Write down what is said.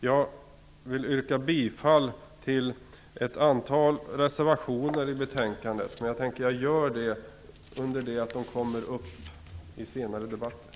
Jag vill yrka bifall till ett antal reservationer i betänkandet, men jag gör det när de kommer upp i den senare debatten.